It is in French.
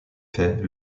fait